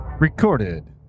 Recorded